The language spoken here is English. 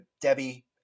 Debbie